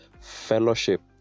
fellowship